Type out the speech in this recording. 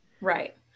Right